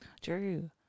True